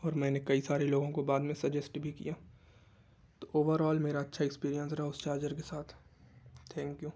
اور میں نے کئی سارے لوگوں کو بعد میں سجیسٹ بھی کیا تو اوور آل میرا اچھا اکسپیریئنس رہا اس چارجر کے ساتھ تھینک یو